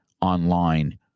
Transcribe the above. online